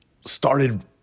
started